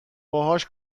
باهاش